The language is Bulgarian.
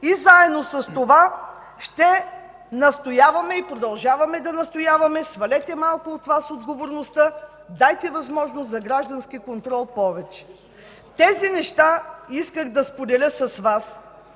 и заедно с това ще настояваме и продължаваме да настояваме – свалете малко от Вас отговорността, дайте повече възможност за граждански контрол. (Реплика от ГЕРБ.) Тези неща исках да споделя с Вас,